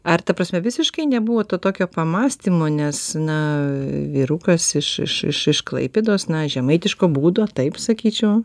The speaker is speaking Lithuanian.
ar ta prasme visiškai nebuvo to tokio pamąstymo nes na vyrukas iš iš iš iš klaipėdos na žemaitiško būdo taip sakyčiau